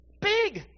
Big